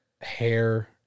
hair